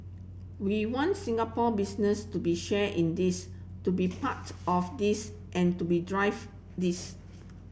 we want Singapore business to be share in this to be part of this and to be drive this